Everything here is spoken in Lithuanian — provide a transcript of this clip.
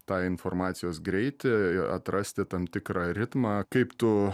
tą informacijos greitį atrasti tam tikrą ritmą kaip tu